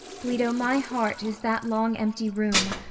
guido, my heart is that long-empty room,